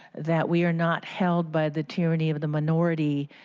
that we are not held by the tyranny of the minority,